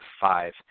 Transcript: five